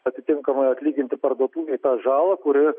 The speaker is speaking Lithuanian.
atitinkamai atlyginti parduotuvei tą žalą kuri